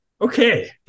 Okay